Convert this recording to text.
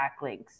backlinks